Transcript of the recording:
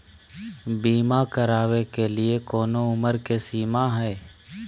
बीमा करावे के लिए कोनो उमर के सीमा है?